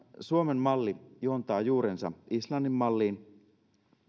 suomen malli juontaa juurensa islannin malliin